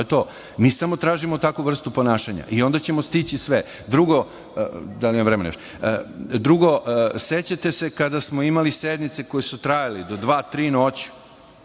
tome. Mi samo tražimo takvu vrstu ponašanja i onda ćemo stići sve. Drugo, sećate se kada smo imali sednice koje su trajale do dva, tri noću,